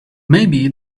maybe